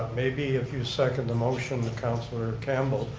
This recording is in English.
maybe a few second the motion the councillor campbell,